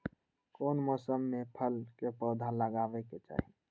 कौन मौसम में फल के पौधा लगाबे के चाहि?